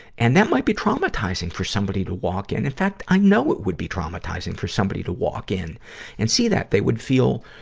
and that might be traumatizing for somebody to walk in. in fact, i know it would be traumatizing for somebody to walk in and see that they would feel,